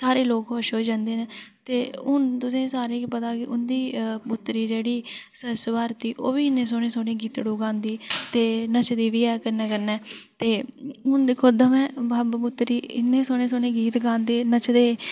सारे लोक खुश होई जंदे न ते तुसें सारें गी पता ऐ कि हुंदी पुत्री जेह्ड़ी सर्स भारती ओह् बी इन्ने सोह्ने सोह्ने गीतड़ू गांदी ते नचदी बी ऐ कन्नै कन्नै ते हुन दिक्खो दोऐ बब्ब पुतर इन्ने सोह्ने सोह्ने गीत गांदे नचदे